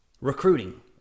Recruiting